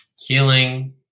healing